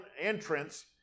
entrance